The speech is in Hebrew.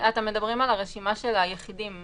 אתם מדברים על הרשימה של היחידים.